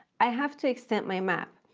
i have to extend my map.